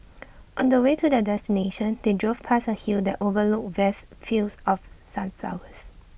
on the way to their destination they drove past A hill that overlooked vast fields of sunflowers